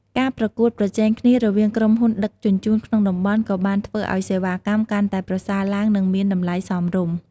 ការប្រកួតប្រជែងគ្នារវាងក្រុមហ៊ុនដឹកជញ្ជូនក្នុងតំបន់ក៏បានធ្វើឱ្យសេវាកម្មកាន់តែប្រសើរឡើងនិងមានតម្លៃសមរម្យ។